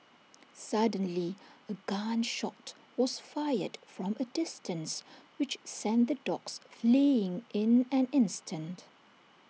suddenly A gun shot was fired from A distance which sent the dogs fleeing in an instant